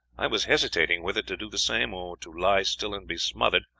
i was hesitating whether to do the same or to lie still and be smothered,